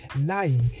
lying